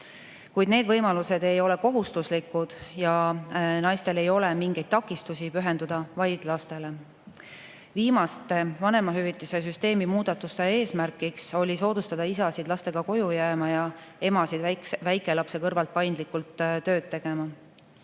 kuid need võimalused ei ole kohustuslikud ja naistel ei ole mingeid takistusi pühenduda vaid lastele. Viimaste vanemahüvitise süsteemi muudatuste eesmärk oli soodustada isasid lastega koju jääma ja emasid väikelapse kõrvalt paindlikult tööd tegema.